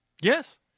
Yes